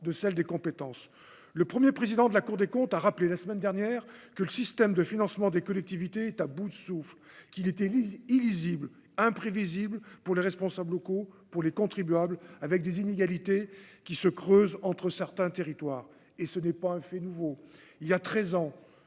de celles des compétences, le 1er président de la Cour des comptes a rappelé la semaine dernière que le système de financement des collectivités est à bout de souffle qu'il était illisible, imprévisible pour les responsables locaux pour les contribuables avec des inégalités qui se creusent entre certains territoires et ce n'est pas un fait nouveau, il y a 13 ans